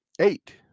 eight